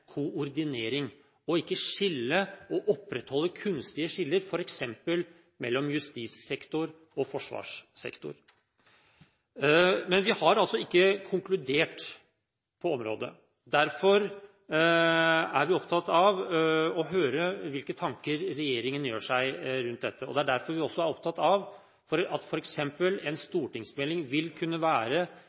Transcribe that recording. koordinering, ikke å skille og opprettholde kunstige skiller f.eks. mellom justissektor og forsvarssektor. Men vi har altså ikke konkludert på området. Derfor er vi opptatt av å høre hvilke tanker regjeringen gjør seg rundt dette. Det er derfor vi også er opptatt av at f.eks. en stortingsmelding vil kunne være